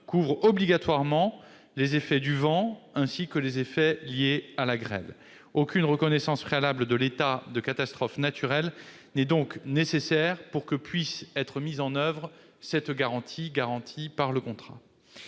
couvrent obligatoirement les effets du vent, ainsi que les effets de la grêle. Aucune reconnaissance préalable de l'état de catastrophe naturelle n'est donc nécessaire pour que cette garantie prévue par le contrat